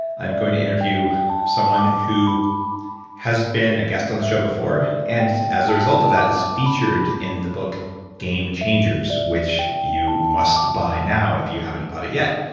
i'm going to interview someone who has been a guest on the show before, and as a result of that, is featured in the book game changers which you must buy now if you haven't bought it yet,